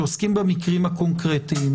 שעוסקים במקרים הקונקרטיים,